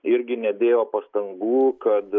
irgi nedėjo pastangų kad